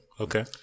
Okay